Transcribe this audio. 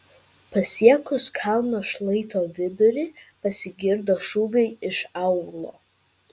pasiekus kalno šlaito vidurį pasigirdo šūviai iš aūlo